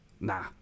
Nah